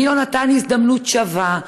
מי לא נתן הזדמנות שווה,